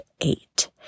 eight